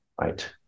Right